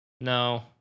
No